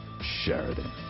Sheridan